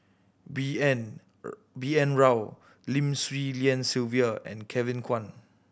B N B N Rao Lim Swee Lian Sylvia and Kevin Kwan